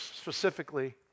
specifically